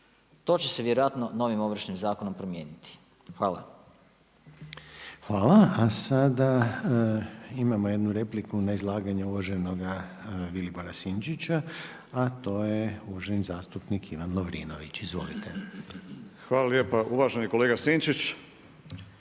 To će se vjerojatno novim Ovršnim zakonom promijeniti. Hvala. **Reiner, Željko (HDZ)** Hvala. A sada imamo jednu repliku na izlaganje uvaženoga Vilibora Sinčića, a to je uvaženi zastupnik Ivan Lovrinović. Izvolite. **Lovrinović, Ivan (Promijenimo